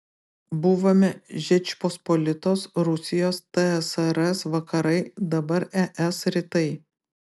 buvome žečpospolitos rusijos tsrs vakarai dabar es rytai